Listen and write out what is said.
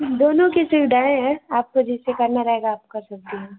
दोनों की सुविधाएँ हैं आपको जिससे करना रहेगा आप कर सकती हैं